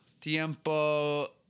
tiempo